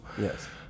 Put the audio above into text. Yes